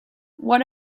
what